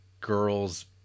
girl's